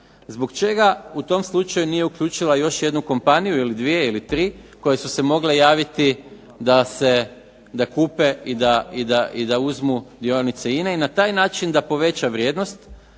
zbog čega u tom slučaju nije uključila još jednu kompaniju, ili dvije ili tri koje su se mogle javiti da kupe i da uzmu dionice INA-e i na taj način da poveća vrijednost